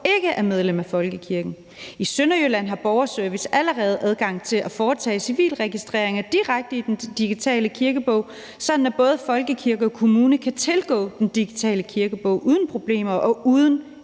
ikke medlemmer af Folkekirken. I Sønderjylland har Borgerservice allerede adgang til at foretage civilregistreringer direkte i den digitale kirkebog, sådan at både Folkekirken og Kommunen kan tilgå den digitale kirkebog uden problemer og uden